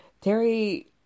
terry